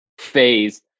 phase